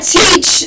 teach